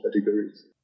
categories